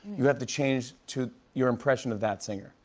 you have to change to your impression of that singer.